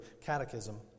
Catechism